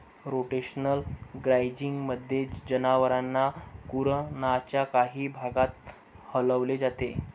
rotational ग्राझिंगमध्ये, जनावरांना कुरणाच्या काही भागात हलवले जाते